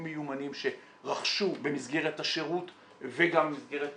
מיומנים שרכשו במסגרת השירות וגם במסגרת